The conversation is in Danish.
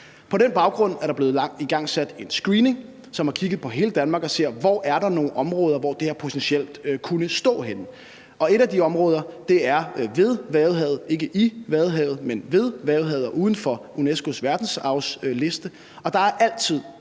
På den baggrund er der blevet igangsat en screening, hvor man har kigget på hele Danmark og sagt: Hvor er der nogle områder, hvor det her potentielt kunne stå henne? Et af de områder er ved Vadehavet, ikke i Vadehavet, men ved Vadehavet og altså uden for UNESCO's verdensarvsliste, og der er altid